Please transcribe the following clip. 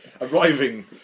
arriving